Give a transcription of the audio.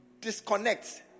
disconnect